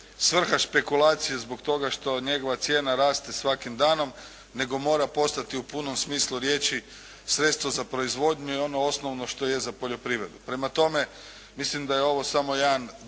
svrha špekulacije zbog toga što njegova cijena raste svakim danom nego mora postati u punom smislu riječi sredstvo za proizvodnju i ono osnovno što je za poljoprivredu. Prema tome, mislim da je ovo samo jedan